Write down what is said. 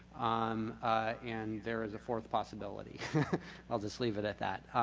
um and there is a fourth possibility i'll just leave it at that.